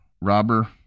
robber